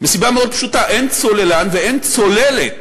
מסיבה מאוד פשוטה: אין צוללן ואין צוללת